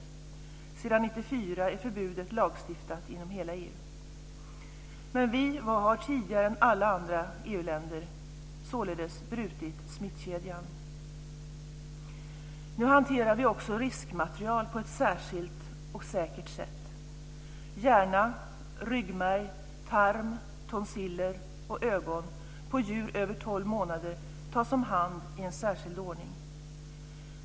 Sedan 1994 är förbudet lagstiftat inom hela Vi har tidigare än alla andra EU-länder således brutit smittkedjan. Nu hanterar vi också riskmaterial på ett särskilt och säkert sätt. Hjärna, ryggmärg, tarm, tonsiller och ögon på djur över tolv månader tas om hand i en särskild ordning.